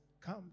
Come